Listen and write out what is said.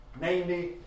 Namely